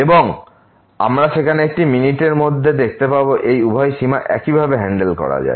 এবং আমরা সেখানে এক মিনিটের মধ্যে দেখতে পাবো এই উভয় সীমা একইভাবে হ্যান্ডেল করা যায়